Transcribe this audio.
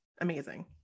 Amazing